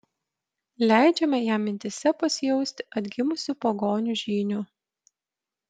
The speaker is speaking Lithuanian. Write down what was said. leidžiame jam mintyse pasijausti atgimusiu pagonių žyniu